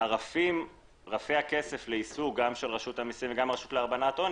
רף הכסף גם של רשות המסים וגם הרשות להלבנת הון